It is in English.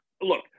look